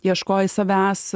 ieškojai savęs